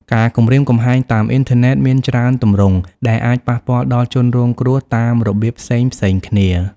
ការគំរាមកំហែងតាមអ៊ីនធឺណិតមានច្រើនទម្រង់ ដែលអាចប៉ះពាល់ដល់ជនរងគ្រោះតាមរបៀបផ្សេងៗគ្នា។